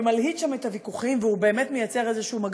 ומלהיט שם את הוויכוחים,